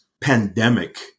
pandemic